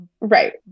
Right